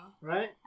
Right